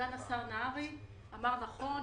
סגן השר נהרי אמר: "נכון,